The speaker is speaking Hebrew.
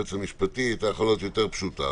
בבידודים אבל לגבי מתחסנים ומחלימים רק עושים להם בדיקה,